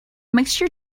mixture